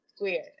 weird